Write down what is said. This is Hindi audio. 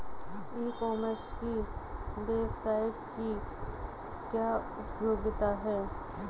ई कॉमर्स की वेबसाइट की क्या उपयोगिता है?